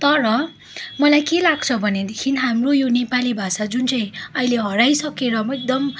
तर मलाई के लाग्छ भनेदेखि हाम्रो यो नेपाली भाषा जुन चाहिँ अहिले हराइसकेर पनि एकदम